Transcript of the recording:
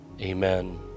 amen